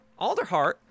alderheart